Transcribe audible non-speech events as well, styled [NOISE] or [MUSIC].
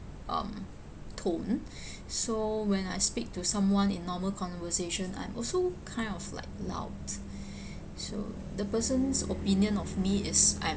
um tone [BREATH] so when I speak to someone in normal conversation I'm also kind of like loud [BREATH] so the person's opinion of me is I'm